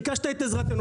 ביקשת את עזרתנו,